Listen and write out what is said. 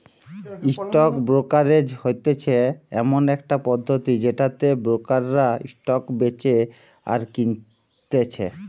stock brokerage হতিছে এমন একটা পদ্ধতি যেটাতে ব্রোকাররা স্টক বেচে আর কিনতেছে